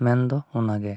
ᱢᱮᱱ ᱫᱚ ᱚᱱᱟᱜᱮ